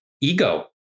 ego